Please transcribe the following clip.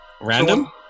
Random